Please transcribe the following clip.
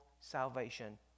salvation